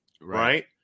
right